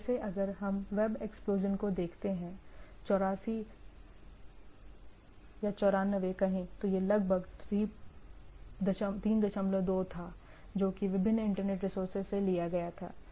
जैसे अगर हम वेब एक्सप्लोजन को देखते हैं 84 94 कहें तो यह लगभग 32 थाजोकि विभिन्न इंटरनेट रिसोर्सेज से लिया गया था